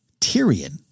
Tyrion